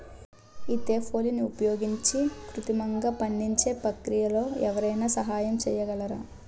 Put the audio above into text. ఈథెఫోన్ని ఉపయోగించి కృత్రిమంగా పండించే ప్రక్రియలో ఎవరైనా సహాయం చేయగలరా?